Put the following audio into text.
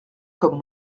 comme